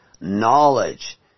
knowledge